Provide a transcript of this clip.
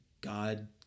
God